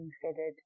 considered